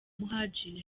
muhadjili